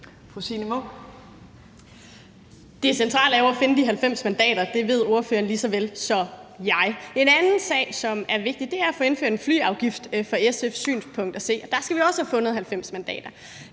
Det centrale er jo at finde de 90 mandater, det ved ordføreren lige så vel som jeg. En anden sag, som er vigtig fra SF's synspunkt, er at få indført en flyafgift, og der skal vi også have fundet 90 mandater.